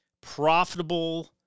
profitable